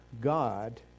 god